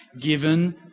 given